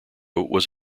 was